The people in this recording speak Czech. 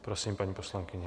Prosím, paní poslankyně.